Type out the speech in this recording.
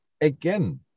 Again